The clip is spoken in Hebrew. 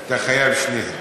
אתה חייב את שניהם.